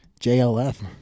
JLF